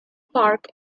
park